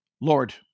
Lord